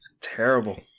terrible